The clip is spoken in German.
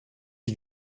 die